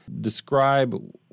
Describe